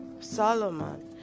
Solomon